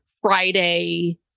Friday